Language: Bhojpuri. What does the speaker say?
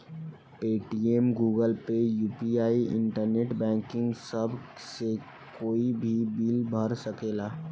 Paytm, Google Pay, UPI, internet banking सभ से कोई भी बिल भरा सकेला